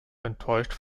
enttäuscht